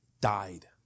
died